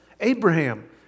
Abraham